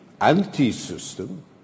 anti-system